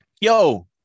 Yo